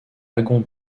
wagons